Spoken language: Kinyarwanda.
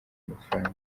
amafaranga